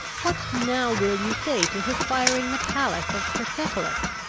what now will you say to his firing the palace of persepolis,